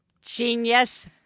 Genius